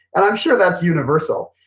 and i'm sure that's universal.